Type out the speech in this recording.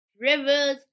rivers